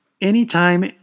Anytime